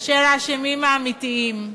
של האשמים האמיתיים.